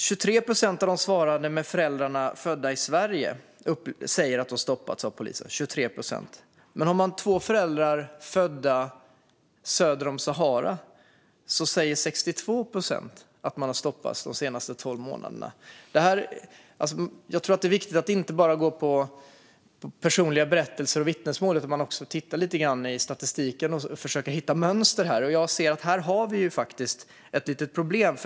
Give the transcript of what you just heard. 23 procent av de svarande vars föräldrar är födda i Sverige säger att de stoppats av polisen. Men av dem som har två föräldrar födda söder om Sahara säger 62 procent att de har stoppats de senaste tolv månaderna. Jag tror att det är viktigt att inte bara gå på personliga berättelser utan också titta i statistiken och försöka hitta mönster. I den här undersökningen framkommer också ett annat problem.